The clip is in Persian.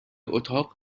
اتاق